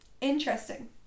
interesting